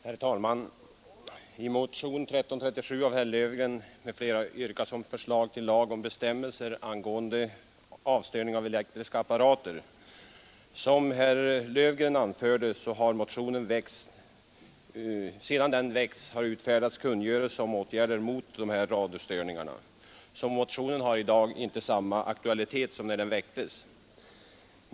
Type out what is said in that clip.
Herr talman! I motionen 1337 har herr Löfgren m.fl. yrkat på förslag till lag med bestämmelser angående avstörning av elektriska apparater. Som herr Löfgren anförde har sedan motionen väcktes utfärdats kungörelse om åtgärder mot radiostörningar, och motionen har i dag inte samma aktualitet som när den väcktes.